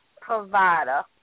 provider